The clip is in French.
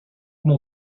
mon